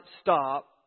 stop